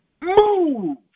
Move